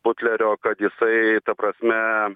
putlerio kad jisai ta prasme